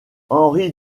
henri